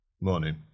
Morning